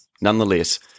Nonetheless